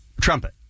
trumpet